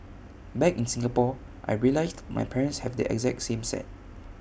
back in Singapore I realised my parents have the exact same set